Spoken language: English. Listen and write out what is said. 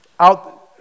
out